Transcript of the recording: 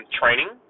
training